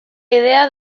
idea